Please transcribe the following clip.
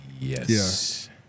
Yes